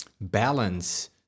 balance